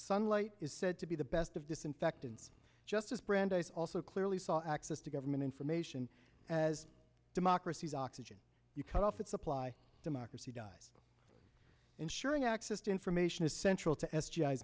sunlight is said to be the best of disinfectant justice brandeis also clearly saw access to government information as democracies oxygen you cut off that supply democracy dies ensuring access to information is central to s